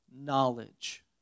knowledge